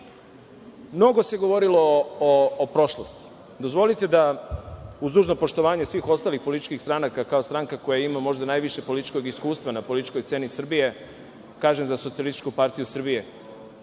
se govorilo o prošlosti. Dozvolite da, uz dužno poštovanje svih ostalih političkih stranaka, kao stranka koja ima možda najviše političkog iskustva na političkoj sceni Srbije, kažem za SPS - mi smo iz naše